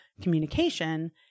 communication